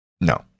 No